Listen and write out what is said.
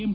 M